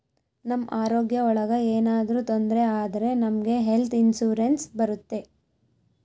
ನಮ್ ಆರೋಗ್ಯ ಒಳಗ ಏನಾದ್ರೂ ತೊಂದ್ರೆ ಆದ್ರೆ ನಮ್ಗೆ ಹೆಲ್ತ್ ಇನ್ಸೂರೆನ್ಸ್ ಬರುತ್ತೆ